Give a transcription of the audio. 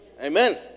Amen